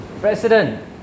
President